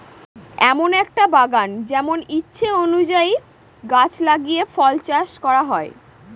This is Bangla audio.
এমন একটা বাগান যেমন ইচ্ছে অনুযায়ী গাছ লাগিয়ে ফল চাষ করা হয়